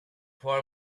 for